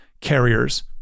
carriers